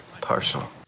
partial